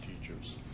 teachers